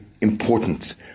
important